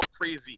crazy